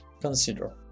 Consider